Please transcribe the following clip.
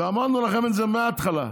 ואמרנו לכם את זה מהתחלה,